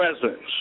presence